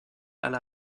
alla